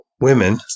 women